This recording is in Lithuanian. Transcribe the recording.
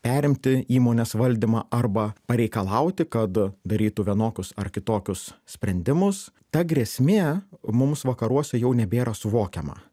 perimti įmonės valdymą arba pareikalauti kad darytų vienokius ar kitokius sprendimus ta grėsmė mums vakaruose jau nebėra suvokiama